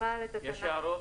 רבעון,